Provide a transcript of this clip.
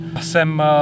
jsem